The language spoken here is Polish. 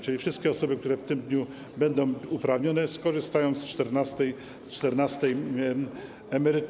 Czyli wszystkie osoby, które w tym dniu będą uprawnione, skorzystają z czternastej emerytury.